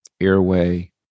airway